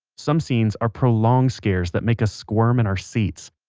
some scenes are prolonged scares that make us squirm in our seats.